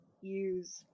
use